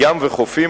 ים וחופים,